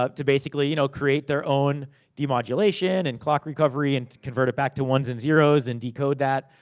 ah to basically you know create their own demodulation, and clock recovery, and convert it back to ones and zeroes, and decode that.